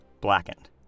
Blackened